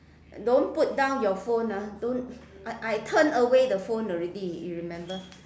don't put down your phone ah don't I I turn away the phone already if you remember